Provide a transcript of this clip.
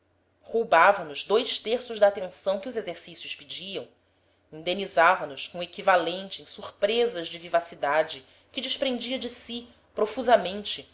batalha roubava nos dois terços da atenção que os exercícios pediam indenizava nos com o equivalente em surpresas de vivacidade que desprendia de si profusamente